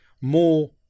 more